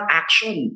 action